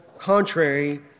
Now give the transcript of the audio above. contrary